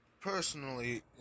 personally